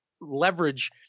leverage